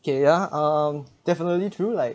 okay ya um definitely true like